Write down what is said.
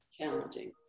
challenging